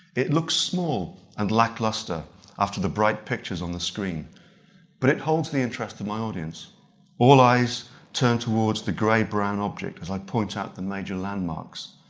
it looks small and lacklustre after the bright pictures on the screen but it holds the interest of my audience all eyes turn towards the grey brown object as i point out the major landmarks.